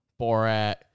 Borat